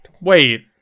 Wait